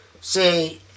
say